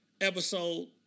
episode